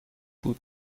بود